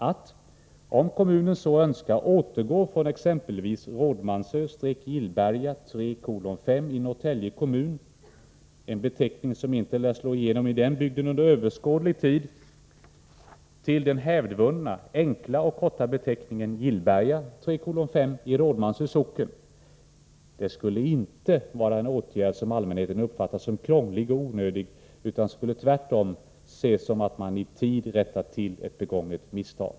Att, om kommunen så önskar, återgå från exempelvis Rådmansö-Gillberga 3:5 i Norrtälje kommun — en beteckning som inte lär slå igenom i den bygden under överskådlig tid — till den hävdvunna, enkla och korta beteckningen Gillberga 3:5 i Rådmansö socken skulle inte vara en åtgärd som allmänheten uppfattar som krånglig och onödig utan skulle tvärtom ses så, att man i tid rättar till ett begånget misstag.